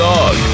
Dog